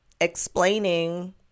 explaining